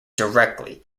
directly